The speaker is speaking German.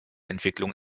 entwicklung